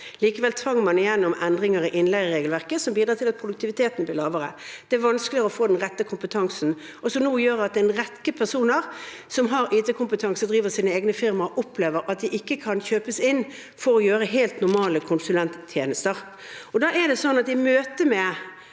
3135 tvang man gjennom endringer i innleieregelverket som bidrar til at produktiviteten blir lavere. Det er vanskeligere å få den rette kompetansen, og det gjør nå at en rekke personer som har IT-kompetanse og driver sine egne firmaer, opplever at de ikke kan kjøpes inn for å gjøre helt normale konsulenttjenester. Den statsråden som nå har reist land